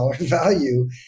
value